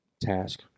task